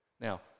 Now